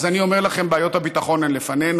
אז אני אומר לכם, בעיות הביטחון הן לפנינו.